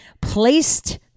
placed